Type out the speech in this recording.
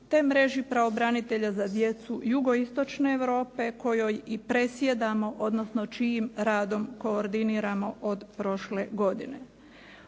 te mreži pravobranitelja za djecu jugoistočne Europe kojim i predsjedamo, odnosno čijim radom koordiniramo od prošle godine.